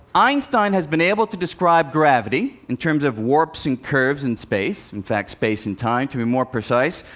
einstein has been able to describe gravity in terms of warps and curves in space in fact, space and time, to be more precise.